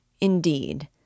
indeed